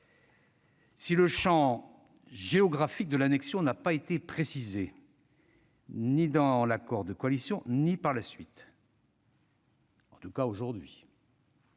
Si le champ géographique de l'annexion n'a pas été précisé, ni dans l'accord de coalition ni par la suite, en tout cas à ce jour,